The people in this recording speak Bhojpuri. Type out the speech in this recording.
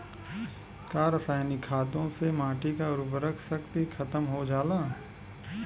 का रसायनिक खादों से माटी क उर्वरा शक्ति खतम हो जाला?